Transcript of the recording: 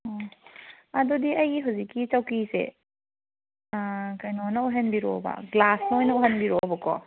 ꯑꯪ ꯑꯗꯨꯗꯤ ꯑꯩꯒꯤ ꯍꯧꯖꯤꯛꯀꯤ ꯆꯧꯀ꯭ꯔꯤꯁꯦ ꯀꯩꯅꯣꯅ ꯑꯣꯏꯍꯟꯕꯤꯔꯛꯑꯣꯕ ꯒ꯭ꯂꯥꯁꯅ ꯑꯣꯏꯅ ꯑꯣꯏꯍꯟꯕꯤꯔꯛꯑꯣꯕꯀꯣ